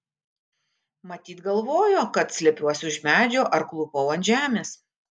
matyt galvojo kad slepiuosi už medžio ar klūpau ant žemės